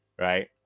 Right